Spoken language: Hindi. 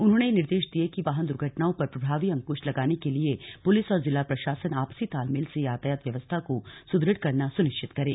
उन्होंने निर्देश दिये कि वाहन दुर्घटनाओं पर प्रभावी अंकुश लगाने के लिए पुलिस और जिला प्रशासन आपसी तालमेल से यातायात व्यवस्था को सुदृढ़ करना सुनिश्चित करें